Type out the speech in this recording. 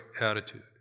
attitude